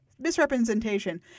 Misrepresentation